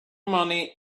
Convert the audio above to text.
money